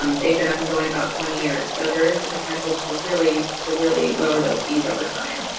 um they've been up and going about twenty years so there is the potential to really to really lower those fees over time.